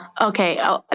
Okay